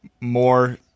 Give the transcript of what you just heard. more